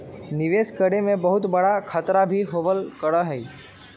निवेश करे में बहुत बडा खतरा भी होबल करा हई